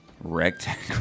Rectangle